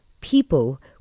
people